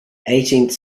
eighteenth